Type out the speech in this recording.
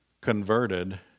converted